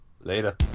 Later